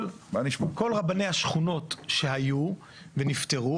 כל רבני השכונות שהיו ונפטרו,